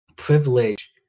privilege